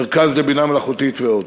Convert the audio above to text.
מרכז לבינה מלאכותית ועוד.